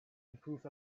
improve